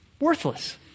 worthless